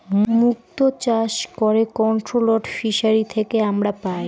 মুক্ত চাষ করে কন্ট্রোলড ফিসারী থেকে আমরা পাই